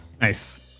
Nice